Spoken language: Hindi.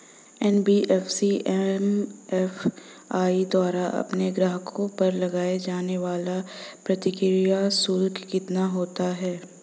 एन.बी.एफ.सी एम.एफ.आई द्वारा अपने ग्राहकों पर लगाए जाने वाला प्रक्रिया शुल्क कितना होता है?